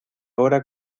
ahora